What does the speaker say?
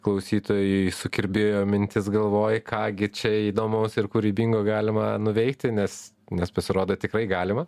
klausytojui sukirbėjo mintis galvoj ką gi čia įdomaus ir kūrybingo galima nuveikti nes nes pasirodo tikrai galima